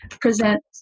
present